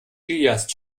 ilias